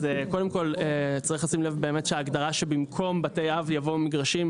קודם כל צריך לשים לב באמת שההגדרה" "במקום "בתי אב" יבואו "מגרשים"